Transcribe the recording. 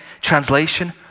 Translation